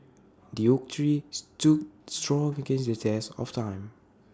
the oak tree stood strong against the test of time